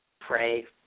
pray